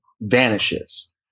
vanishes